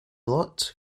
lot